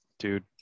Dude